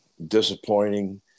disappointing